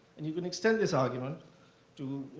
and you can extend this argument to,